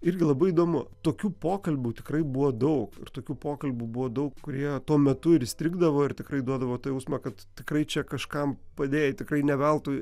irgi labai įdomu tokių pokalbių tikrai buvo daug ir tokių pokalbių buvo daug kurie tuo metu ir įstrigdavo ir tikrai duodavo tą jausmą kad tikrai čia kažkam padėjai tikrai ne veltui